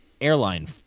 airline